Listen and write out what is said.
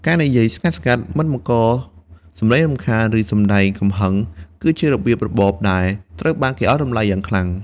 ការនិយាយស្ងាត់ៗ មិនបង្កសំឡេងរំខាន ឬសម្ដែងកំហឹង គឺជារបៀបរបបដែលត្រូវបានគេឱ្យតម្លៃយ៉ាងខ្លាំង។